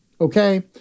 okay